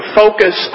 focus